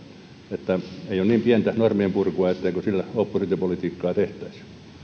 että ei ole niin pientä norminpurkua etteikö sillä oppositiopolitiikkaa tehtäisi